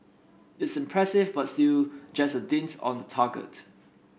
it's impressive but still just a dint's on the target